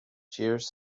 chairs